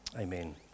Amen